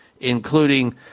including